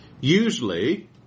Usually